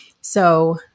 So-